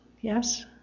Yes